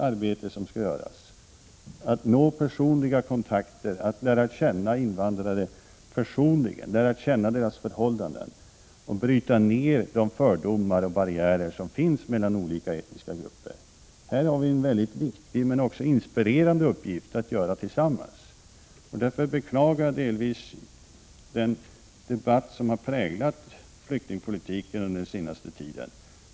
Arbetet är långsiktigt: att lära känna invandrare personligen, deras förhållanden, och bryta ned de fördomar och barriärer som finns mellan olika etniska grupper. Här har vi tillsammans en mycket viktig men också inspirerande uppgift. Därför är jag delvis missnöjd med debatten om flyktingpolitiken under den senaste tiden.